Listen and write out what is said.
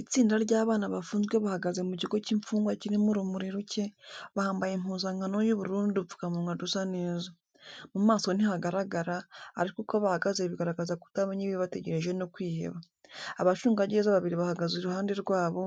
Itsinda ry’abana bafunzwe bahagaze mu kigo cy’imfungwa kirimo urumuri ruke, bambaye impuzankano y'ubururu n’udupfukamunwa dusa neza. Mu maso ntihagaragara, ariko uko bahagaze bigaragaza kutamenya ibibategereje no kwiheba. Abacungagereza babiri bahagaze iruhande rwabo,